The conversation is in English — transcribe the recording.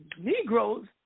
Negroes